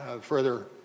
further